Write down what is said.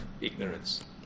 ignorance